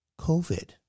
COVID